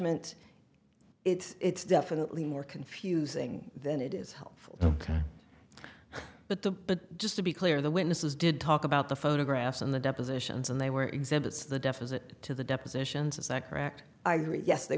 moment it's definitely more confusing than it is helpful but the but just to be clear the witnesses did talk about the photographs and the depositions and they were exhibits the deficit to the depositions is that correct i read yes they